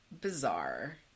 bizarre